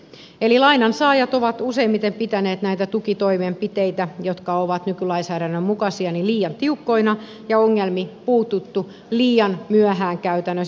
eli lainansaajat ovat useimmiten pitäneet näitä tukitoimenpiteitä jotka ovat nykylainsäädännön mukaisia liian tiukkoina ja ongelmiin on puututtu liian myöhään käytännössä